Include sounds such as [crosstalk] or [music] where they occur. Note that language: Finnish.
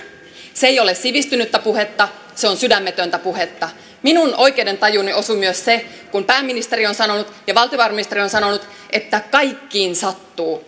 se ei ole sivistynyttä puhetta se on sydämetöntä puhetta minun oikeudentajuuni osui myös se kun pääministeri on sanonut ja valtiovarainministeri on sanonut että kaikkiin sattuu [unintelligible]